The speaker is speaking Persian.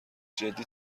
جدی